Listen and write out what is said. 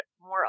more